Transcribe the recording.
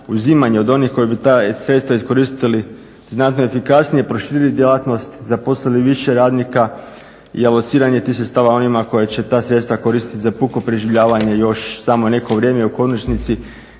uzimanje od onih koji bi ta sredstva iskoristili znatno efikasnije, proširili djelatnost, zaposlili više radnika i alociranje tih sredstava onima kojima će ta sredstva koristiti za puko preživljavanje još samo neko vrijeme. I u konačnici